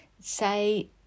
say